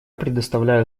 предоставляю